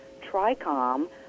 Tricom